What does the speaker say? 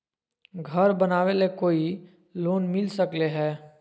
घर बनावे ले कोई लोनमिल सकले है?